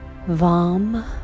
VAM